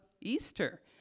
Easter